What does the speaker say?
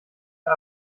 der